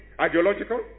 ideological